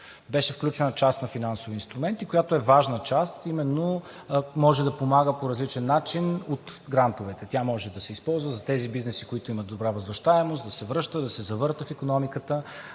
Бяха включени частни финансови инструменти, което е важна част, именно може да помага по различен начин от грантовете. Тя може да се използва за тези бизнеси, които имат добра възвръщаемост, да се връща, да се завърта в икономиката.